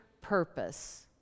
purpose